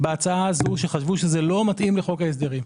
הכנסת בהצעה הזו שחשבו שזה לא מתאים לחוק ההסדרים.